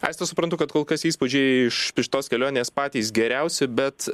aiste suprantu kad kol kas įspūdžiai iš iš tos kelionės patys geriausi bet